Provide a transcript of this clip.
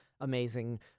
amazing